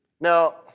Now